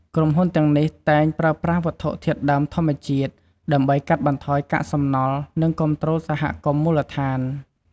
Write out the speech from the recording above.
ក្រុមហ៊ុនទាំងនេះតែងប្រើប្រាស់វត្ថុធាតុដើមធម្មជាតិ ដើម្បីកាត់បន្ថយកាកសំណល់ និងគាំទ្រសហគមន៍មូលដ្ឋាន។